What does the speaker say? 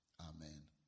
Amen